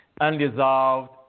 Unresolved